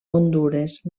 hondures